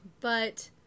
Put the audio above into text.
But-